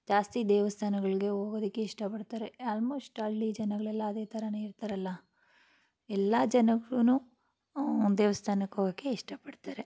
ಜಾಸ್ತಿ ದೇವಸ್ಥಾನಗಳಿಗೆ ಹೋಗೋದಕ್ಕೆ ಇಷ್ಟಪಡ್ತಾರೆ ಆಲ್ಮೋಸ್ಟ್ ಹಳ್ಳಿ ಜನಗಳೆಲ್ಲ ಅದೇ ಥರನೇ ಇರ್ತಾರಲ್ಲ ಎಲ್ಲ ಜನರು ದೇವ್ಸ್ಥಾನಕ್ಕೆ ಹೋಗೋಕ್ಕೆ ಇಷ್ಟಪಡ್ತಾರೆ